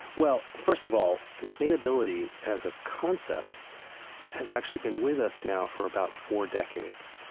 well, first of all, sustainability as a concept has actually been with us now for about four decades.